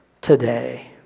today